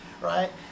right